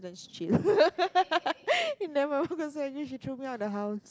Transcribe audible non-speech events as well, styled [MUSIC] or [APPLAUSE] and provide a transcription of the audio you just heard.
that's true [LAUGHS] I never cause I think she threw me out the house